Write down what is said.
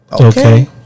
Okay